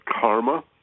karma